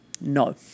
No